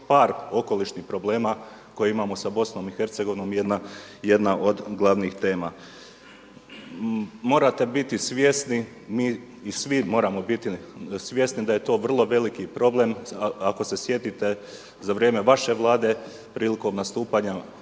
par okolišnih problema koje imamo sa BiH jedna od glavnih tema. Morate biti svjesni i mi svi moramo biti svjesni da je to vrlo veliki problem, ako se sjetite za vrijeme vaše vlade prilikom nastupanja